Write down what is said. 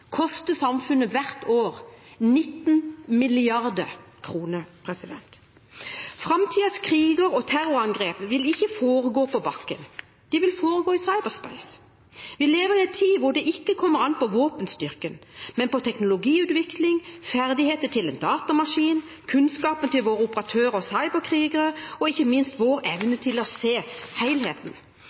koster samfunnet 19 mrd. kr hvert år. Framtidens kriger og terrorangrep vil ikke foregå på bakken, de vil foregå i cyberspace. Vi lever i en tid da det ikke kommer an på våpenstyrken, men på teknologiutvikling, ferdighetene til en datamaskin, kunnskapen til våre operatører og cyberkrigere og ikke minst vår evne til å se